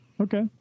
Okay